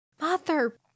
Mother